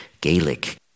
Gaelic